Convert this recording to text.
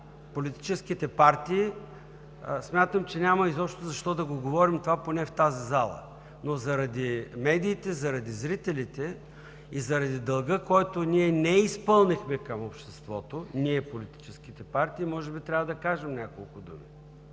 политическите партии, смятам, че няма изобщо защо да го говорим това поне в тази зала, но заради медиите, заради зрителите и заради дълга, който ние не изпълнихме към обществото – ние, политическите партии, може би трябва да кажем няколко думи.